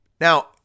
Now